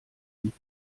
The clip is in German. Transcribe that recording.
gibt